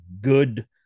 good